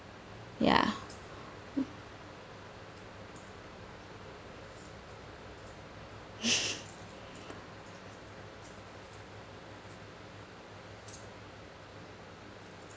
ya